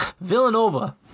Villanova